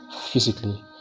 physically